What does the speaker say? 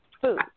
food